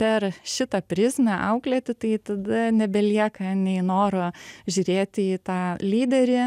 per šitą prizmę auklėti tai tada nebelieka nei noro žiūrėti į tą lyderį